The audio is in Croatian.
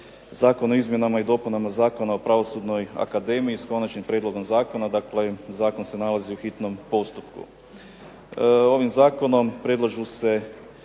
Zakon o izmjenama i dopunama Zakona o Pravosudnoj akademiji s konačnim prijedlogom zakona, dakle zakon se nalazi u hitnom postupku. Ovim zakonom predlažu se